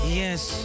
yes